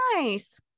Nice